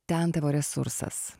ten tavo resursas